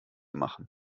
machen